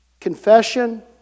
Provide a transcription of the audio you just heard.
Confession